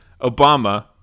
Obama